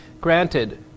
Granted